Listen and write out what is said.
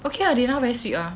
okay ah they now very sweet ah